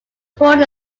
port